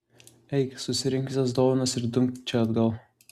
eik susirink visas dovanas ir dumk čia atgal